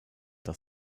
das